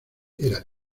era